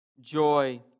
joy